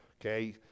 Okay